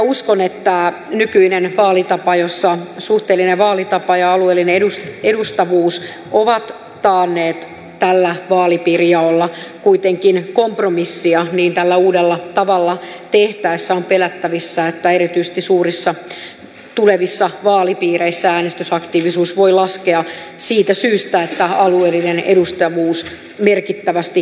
uskon että kun nykyisessä vaalitavassa suhteellinen vaalitapa ja alueellinen edustavuus ovat taanneet tällä vaalipiirijaolla kuitenkin kompromissin niin tällä uudella tavalla tehtäessä on pelättävissä että erityisesti suurissa tulevissa vaalipiireissä äänestysaktiivisuus voi laskea siitä syystä että alueellinen edustavuus merkittävästi vaarantuu